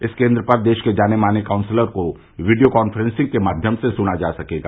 इस केन्द्र पर देशभर के जाने माने काउंसलर को वीडियो कांफ्रेंसिंग के माध्यम से सुना जा सकेगा